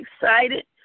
excited